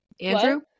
Andrew